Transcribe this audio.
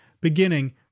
beginning